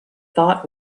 thought